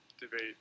debate